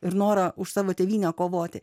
ir norą už savo tėvynę kovoti